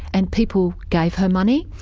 and people gave her money.